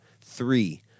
Three